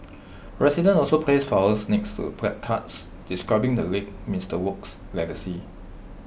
residents also placed flowers next to placards describing the late Mister Wok's legacy